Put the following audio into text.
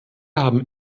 haben